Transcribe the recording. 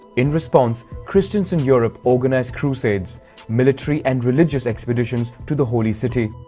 in response, christians in europe organized crusades military and religious expeditions to the holy city.